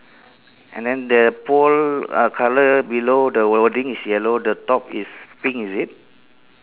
and then the pole uh colour below the wording is yellow the top is pink is it